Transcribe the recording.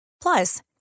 Plus